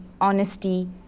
honesty